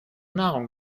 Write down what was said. nahrung